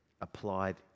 applied